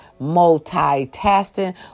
multitasking